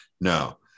no